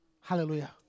Hallelujah